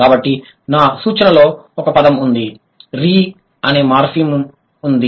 కాబట్టి నా సూచనలో ఒక పదం ఉంది రీ అనే మార్ఫిమ్ ఉంది